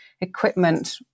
equipment